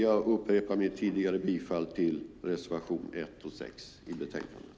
Jag upprepar mitt tidigare bifall till reservationerna 1 och 6 i betänkandet.